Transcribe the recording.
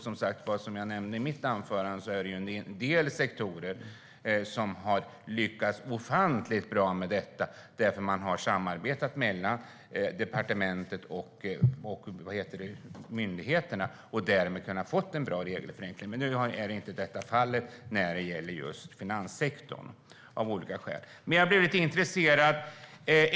Som jag nämnde i mitt anförande är det en del sektorer som har lyckats ofantligt bra med detta därför att man har samarbetat mellan departementet och myndigheterna och därmed kunnat få en bra regelförenkling. Men av olika skäl är det inte fallet när det gäller finanssektorn. Jag blev lite intresserad.